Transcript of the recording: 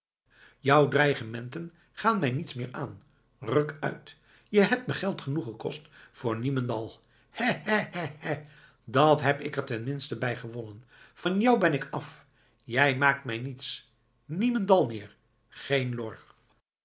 jou dreigementen gaan mij niets meer aan ruk uit je hebt me geld genoeg gekost voor niemendal hè hè hè hè dat heb ik er ten minste bij gewonnen van jou ben ik af jij maakt mij niets niemendal meer geen lor